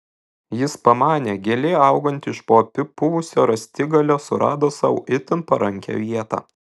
jis pamanė gėlė auganti iš po apipuvusio rąstigalio surado sau itin parankią vietą